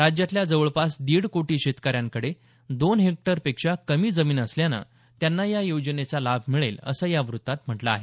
राज्यातल्या जवळपास दीड कोटी शेतकऱ्यांकडे दोन हेक्टरपेक्षा कमी जमीन असल्यानं त्यांना या योजनेचा लाभ मिळेल असं या वृत्तात म्हटलं आहे